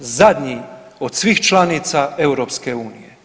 Zadnji od svih članica EU.